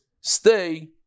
stay